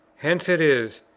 hence it is,